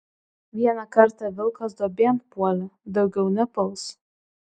vieną kartą vilkas duobėn puolė daugiau nepuls